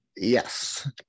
Yes